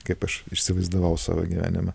kaip aš įsivaizdavau savo gyvenimą